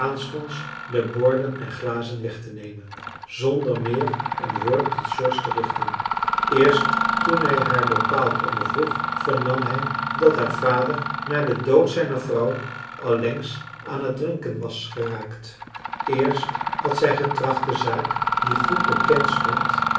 de borden en glazen wegtenemen zonder meer een woord tot george te richten eerst toen hij haar bepaald ondervroeg vernam hij dat haar vader na den dood zijner vrouw allengs aan het drinken was geraakt eerst had zij getracht de zaak die goed bekend stond